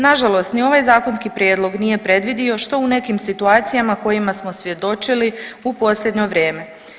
Na žalost ni ovaj zakonski prijedlog nije predvidio što u nekim situacijama kojima smo svjedočili u posljednje vrijeme.